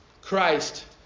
Christ